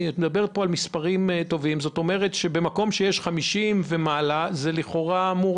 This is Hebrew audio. במקום שיש בו 50% ומעלה זה לכאורה אמור